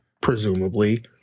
presumably